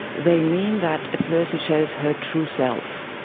they mean that a person shows her true self.